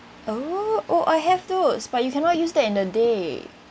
oh I have those but you cannot use that in the day